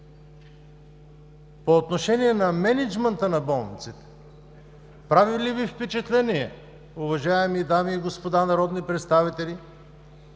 По отношение на мениджмънта на болниците, прави ли Ви впечатление, уважаеми дами и господа народни представители,